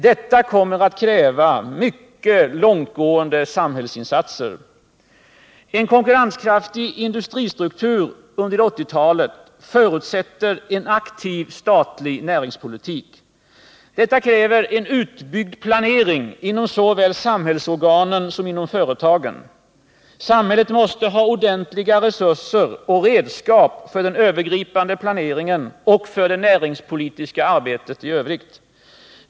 Detta kommer att kräva långtgående samhällsinsatser. En konkurrenskraftig industristruktur under 1980-talet förutsätter en aktiv statlig näringspolitik. Denna kräver en utbyggd planering såväl inom samhällsorganen som inom företagen. Samhället måste ha ordentliga resurser och redskap för den övergripande planeringen och för det näringspolitiska arbetet i övrigt.